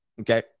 okay